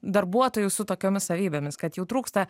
darbuotojų su tokiomis savybėmis kad jų trūksta